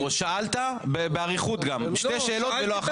שאלת, אפילו באריכות, שתי שאלות ולא אחת.